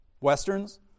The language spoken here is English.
westerns